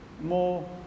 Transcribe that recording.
more